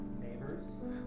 neighbors